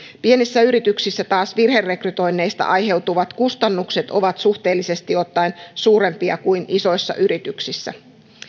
pienissä yrityksissä taas virherekrytoinneista aiheutuvat kustannukset ovat suhteellisesti ottaen suurempia kuin isoissa yrityksissä